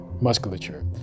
musculature